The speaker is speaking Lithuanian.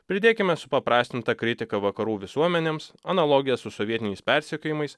pridėkime supaprastintą kritiką vakarų visuomenėms analogiją su sovietiniais persekiojimais